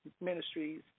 Ministries